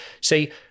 See